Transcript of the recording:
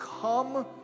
come